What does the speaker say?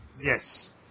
Yes